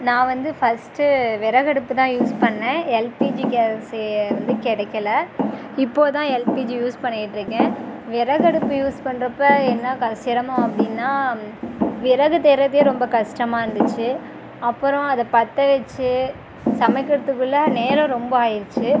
நான் வந்து ஃபஸ்ட்டு விறகடுப்பு தான் யூஸ் பண்ணேன் எல்பிஜி கேஸு வந்து கிடைக்கல இப்போது தான் எல்பிஜி யூஸ் பண்ணிட்டிருக்கேன் விறகடுப்பு யூஸ் பண்ணுறப்ப என்ன க சிரமம் அப்படின்னா விறகு தேடுறதே ரொம்ப கஷ்டமாக இருந்துச்சு அப்புறம் அதை பற்ற வச்சு சமைக்கிறதுக்குள்ளே நேரம் ரொம்ப ஆகிருச்சி